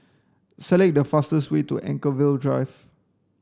select the fastest way to Anchorvale Drive